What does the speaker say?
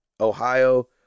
Ohio